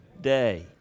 day